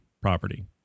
property